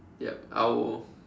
yup I'll